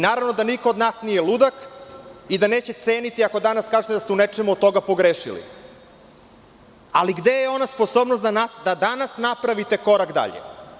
Naravno da niko od nas nije ludak i da neće ceniti ako danas kažete da ste u nečemu od toga pogrešili, ali gde je ona sposobnost da danas napravite korak dalje?